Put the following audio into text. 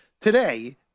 today